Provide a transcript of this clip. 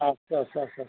आथसा सा सा